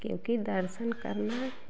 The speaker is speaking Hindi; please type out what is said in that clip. क्योंकि दर्शन करना